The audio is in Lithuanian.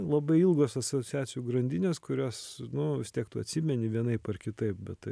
labai ilgos asociacijų grandinės kurias nu vis tiek tu atsimeni vienaip ar kitaip bet tai